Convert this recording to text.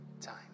time